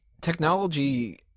technology